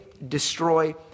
Destroy